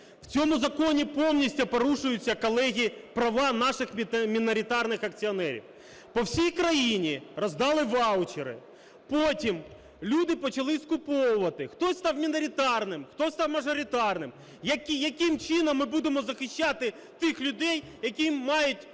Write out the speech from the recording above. У цьому законі повністю порушуються, колеги, права наших міноритарних акціонерів, по всій країні роздали ваучери, потім люди почали скуповувати, хтось став міноритарним, хтось став мажоритарним. Яким чином ми будемо захищати тих людей, які мають маленьку